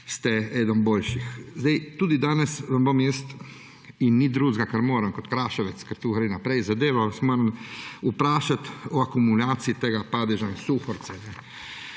ste eden boljših. Tudi danes vas bom – in ni drugega, ker moram kot Kraševec, ker to gre naprej zadeva – moral vprašati o akumulaciji tega Padeža in Suhorice.